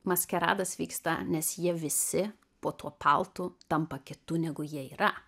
maskaradas vyksta nes jie visi po tuo paltu tampa kitu negu jie yra